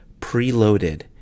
preloaded